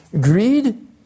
greed